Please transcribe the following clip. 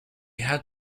had